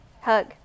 hug